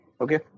Okay